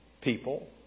people